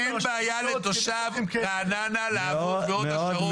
אין בעיה לתושב רעננה לעבוד בהוד השרון.